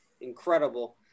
incredible